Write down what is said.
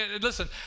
listen